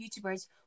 YouTubers